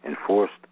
enforced